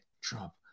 Trump